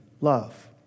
love